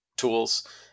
tools